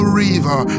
river